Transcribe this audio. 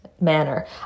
manner